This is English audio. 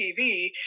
TV